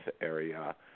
area